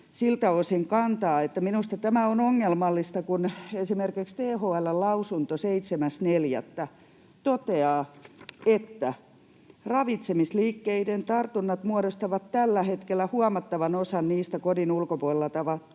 siltä osin kantaa, että minusta tämä on ongelmallista, kun esimerkiksi THL:n lausunto 7.4. toteaa, että ravitsemisliikkeiden tartunnat muodostavat tällä hetkellä huomattavan osan niistä kodin ulkopuolella tapahtuvista